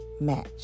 match